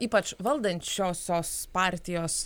ypač valdančiosios partijos